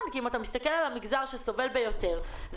כי אם אתה מסתכל על המגזר שסובל ביותר,